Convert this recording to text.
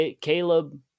Caleb